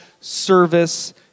service